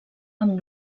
amb